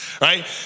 right